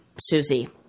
Susie